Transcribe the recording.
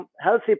healthy